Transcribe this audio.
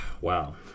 Wow